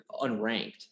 unranked